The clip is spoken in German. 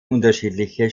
unterschiedliche